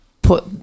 put